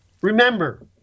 Remember